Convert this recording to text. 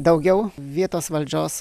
daugiau vietos valdžios